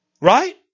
Right